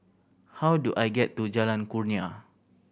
how do I get to Jalan Kurnia